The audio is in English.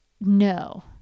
no